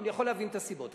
אבל יכול להבין את הסיבות,